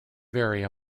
vary